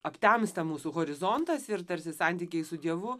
aptemsta mūsų horizontas ir tarsi santykiai su dievu